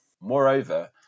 Moreover